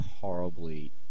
horribly